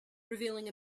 revealing